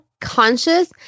conscious